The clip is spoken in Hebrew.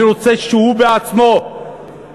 אני רוצה שהוא בעצמו יעלה,